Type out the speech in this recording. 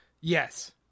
yes